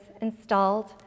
installed